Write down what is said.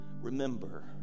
remember